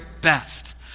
best